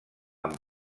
amb